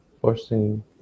forcing